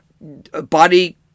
Body